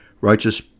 Righteous